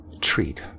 Treat